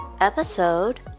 episode